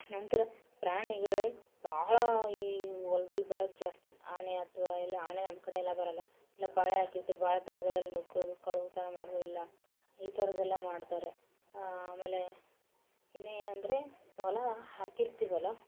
ನಂತರ ಪ್ರಾಣಿಗಳೇ ಭಾಳ ಈ ಹೊಲ್ದಲ್ಲಿ ಬರೋದು ಜಾಸ್ತಿ ಆನೆ ಅಥ್ವಾ ಎಲ್ಲ ಆನೆ ನಮ್ಮ ಕಡೆ ಎಲ್ಲ ಬರೋಲ್ಲ ಎಲ್ಲ ಬಾಳೆ ಹಾಕಿರ್ತೀವಿ ಬಾಳೆ ತೋಟದಲೆಲ್ಲ ನುಗ್ಗೋದು ಕಳುವು ತನ ಮಾಡುವಯೆಲ್ಲ ಈ ಥರದ್ದೆಲ್ಲ ಮಾಡ್ತಾರೆ ಆಮೇಲೆ ಇನ್ನು ಏನೆಂದ್ರೆ ಹೊಲ ಹಾಕಿರ್ತೀವಲ್ಲ